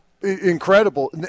incredible